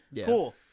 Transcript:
cool